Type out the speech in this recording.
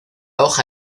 hoja